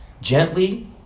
gently